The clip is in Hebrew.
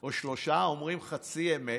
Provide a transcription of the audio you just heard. או שלושה אומרים חצי אמת,